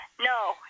No